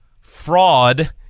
fraud